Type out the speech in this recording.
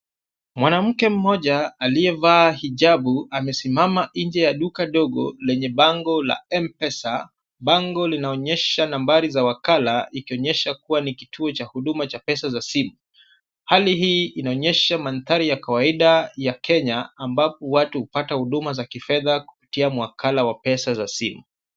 Mwanamke mmoja aliyevaa hijabu amesimama nje ya duka dogo lenye bango la M-Pesa. Bango linaonyesha nambari ya wakala ikionyesha kuwa ni kituo cha pesa za huduma ya simu. Hali hii inaonyesha mandhari ya kawaida ya Kenya ambapo watu hupata huduma za kifedha kupitia mwakala wa pesa za simu.